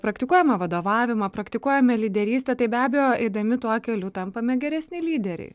praktikuojame vadovavimą praktikuojame lyderystę tai be abejo eidami tuo keliu tampame geresni lyderiai